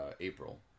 April